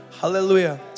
Hallelujah